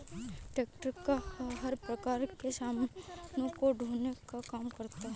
tractor हर प्रकार के सामानों को ढोने का काम करता है